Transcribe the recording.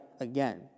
again